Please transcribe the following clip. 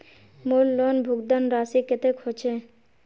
मोर लोन भुगतान राशि कतेक होचए?